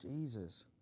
Jesus